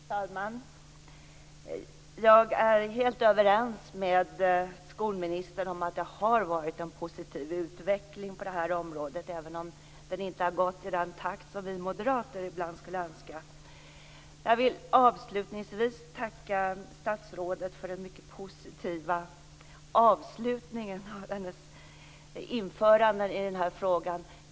Fru talman! Jag är helt överens med skolministern om att det har varit en positiv utveckling på det här området, även om den inte har gått i den takt som vi moderater ibland skulle önska. Jag vill avslutningsvis tacka statsrådet för den mycket positiva avslutningen på hennes inlägg i den här frågan.